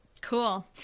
Cool